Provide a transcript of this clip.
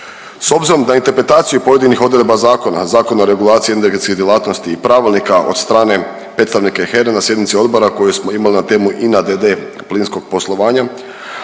S obzirom da interpretaciju pojedinih odredba zakona, Zakona o regulaciji energetske djelatnosti i pravilnika od strane predstavnika HERE na sjednici odbora koji smo imali na temu INA d.d. plinskog poslovanja,